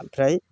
आमफ्राय